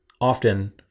Often